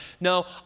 No